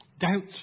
Doubts